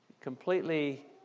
completely